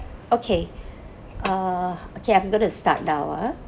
okay I'm gonna start now ah